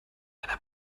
einer